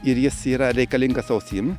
ir jis yra reikalingas ausim